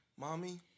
Mommy